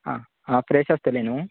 आ आ फ्रेश आसतलें नू